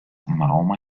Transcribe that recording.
mahoma